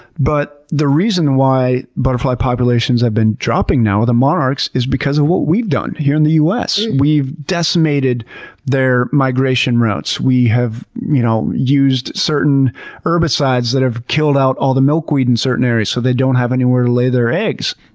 but the reason why butterfly populations have been dropping now, ah the monarchs, is because of what we've done here in the us. we've decimated their migration routes. we have you know used certain herbicides that have killed out all the milkweed in certain areas so they don't have anywhere to lay their eggs.